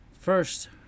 First